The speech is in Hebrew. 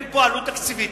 אין פה עלות תקציבית,